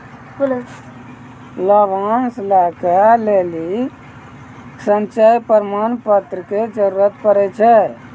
लाभांश लै के लेली संचय प्रमाण पत्र के जरूरत पड़ै छै